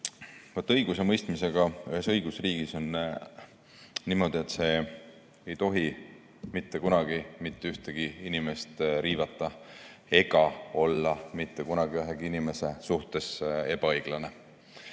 Õigusemõistmisega on ühes õigusriigis niimoodi, et see ei tohi mitte kunagi mitte ühtegi inimest riivata ega olla mitte kunagi ühegi inimese suhtes ebaõiglane.